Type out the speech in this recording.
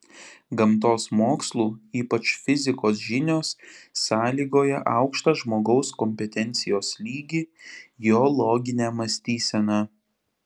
gamtos mokslų ypač fizikos žinios sąlygoja aukštą žmogaus kompetencijos lygį jo loginę mąstyseną